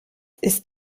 ist